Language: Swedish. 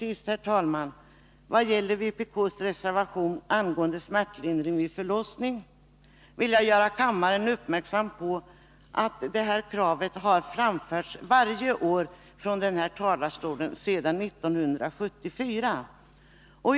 Vad slutligen gäller vpk:s reservation om smärtlindring vid förlossning vill jag fästa kammarens uppmärksamhet på att krav därom har ställts från denna talarstol varje år sedan 1974.